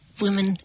women